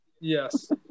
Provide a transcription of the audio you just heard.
Yes